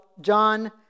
John